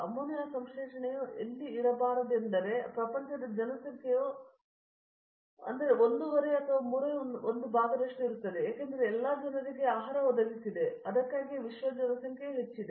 ammonia ಸಂಶ್ಲೇಷಣೆಯು ಎಲ್ಲಿ ಇರಬಾರದೆಂದರೆ ಪ್ರಪಂಚದ ಜನಸಂಖ್ಯೆಯು ಒಂದೂವರೆ ಅಥವಾ ಮೂರನೇ ಒಂದು ಭಾಗದಷ್ಟು ಇರುತ್ತದೆ ಏಕೆಂದರೆ ಅದು ಎಲ್ಲ ಜನರಿಗೆ ಆಹಾರವನ್ನು ಒದಗಿಸಿದೆ ಅದಕ್ಕಾಗಿಯೇ ವಿಶ್ವ ಜನಸಂಖ್ಯೆಯು ಹೆಚ್ಚಿದೆ